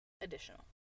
additional